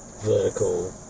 vertical